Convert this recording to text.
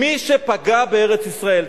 מי שפגע בארץ-ישראל.